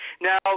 Now